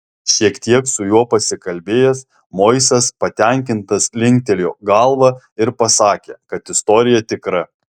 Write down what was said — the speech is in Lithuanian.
šiek tiek su juo pasikalbėjęs moisas patenkintas linktelėjo galva ir pasakė kad istorija tikra